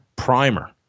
primer